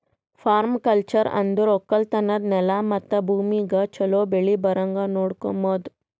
permaculture ಅಂದುರ್ ಒಕ್ಕಲತನದ್ ನೆಲ ಮತ್ತ ಭೂಮಿಗ್ ಛಲೋ ಬೆಳಿ ಬರಂಗ್ ನೊಡಕೋಮದ್